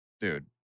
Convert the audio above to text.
Dude